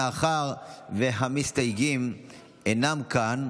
מאחר שהמסתייגים אינם כאן,